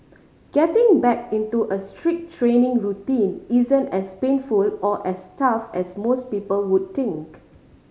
getting back into a strict training routine isn't as painful or as tough as most people would think